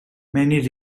many